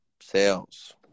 sales